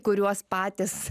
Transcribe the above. kuriuos patys